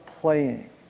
playing